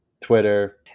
twitter